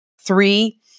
three